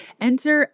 Enter